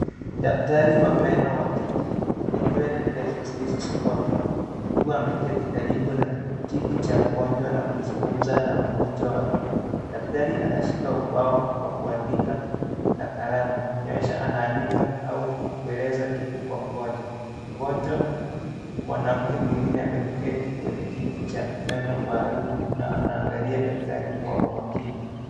Daktari wa meno wa kike ana nywele ndefu zilizosokotwa, hello karibu na kiti cha mgonjwa na kuzungumza mgonjwa wake, daktari anashika ubao wa kuandika na kalamu, kuonyesha anaandika au kueleza kitu kwa mgonjwa. Mgonjwa mwanamke mwingine ameketi kwenye kiti cha meno maalum, na anaangalia daktari kwa umakini.